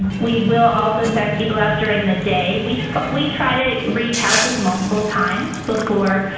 we will also send people out during the day. we we try to reach houses multiple times before